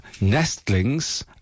nestlings